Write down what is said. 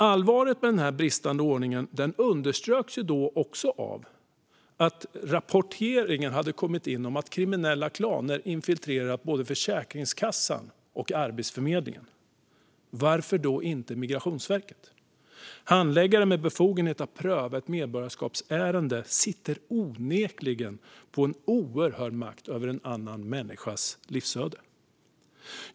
Allvaret med den bristande ordningen underströks också av att rapporter hade kommit in om att kriminella klaner infiltrerat både Försäkringskassan och Arbetsförmedlingen. Varför då inte Migrationsverket? Handläggare med befogenhet att pröva ett medborgarskapsärende sitter onekligen på en oerhörd makt över en annan människas livsöde.